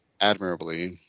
admirably